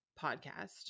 podcast